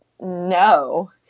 no